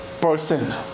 person